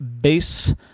base